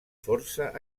força